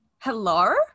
Hello